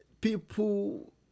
people